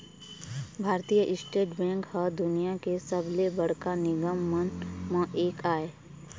भारतीय State Bank ह दुनिया के सबले बड़का निगम मन म एक आय